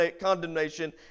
condemnation